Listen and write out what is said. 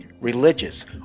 religious